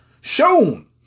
shown